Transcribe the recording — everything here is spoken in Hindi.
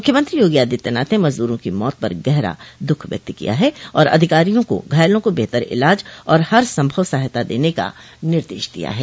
मुख्यमंत्री योगी आदित्यनाथ ने मजदूरों की मौत पर गहरा दुख व्यक्त किया है और अधिकारियों को घायलों को बेहतर इलाज और हरसंभव सहायता देने का निर्देश दिया है